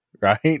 right